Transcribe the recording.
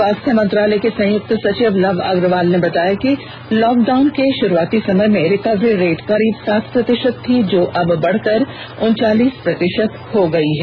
स्वास्थ्य मंत्रालय के संयुक्त सचिव लव अग्रवाल ने बताया कि लॉकडाउन के शुरुआती समय में रिकवरी रेट करीब सात प्रतिषत थी जो अब बढ़कर करीब उनचालीस प्रतिषत हो गया है